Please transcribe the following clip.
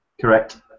correct